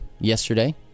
yesterday